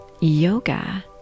yoga